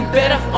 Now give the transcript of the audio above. better